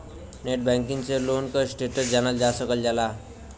net banking से loan क status जानल जा सकला